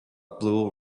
blue